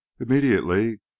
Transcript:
immediately